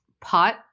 pot